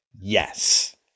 yes